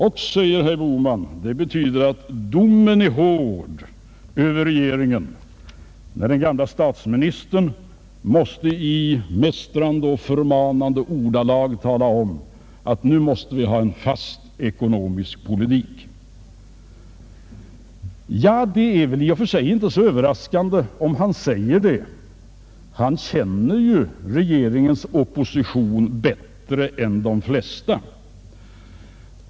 Och, säger herr Bohman, det betyder att domen är hård över regeringen, när den gamle statsministern måste i mästrande och förmanande ordalag tala om att nu måste vi ha en fast ekonomisk politik. Det är väl i och för sig inte så överraskande om Erlander säger det. Han känner ju regeringens opposition bättre än de flesta.